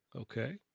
Okay